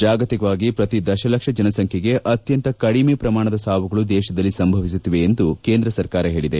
ಜಾಗತಿಕವಾಗಿ ಪ್ರತಿ ದಶಲಕ್ಷ ಜನಸಂಖ್ಯೆಗೆ ಅತ್ಯಂತ ಕದಿಮೆ ಪ್ರಮಾಣದ ಸಾವುಗಳು ದೇಶದಲ್ಲಿ ಸಂಭವಿಸುತ್ತಿವೆ ಎಂದು ಕೇಂದ ಸರ್ಕಾರ ಹೇಳಿದೆ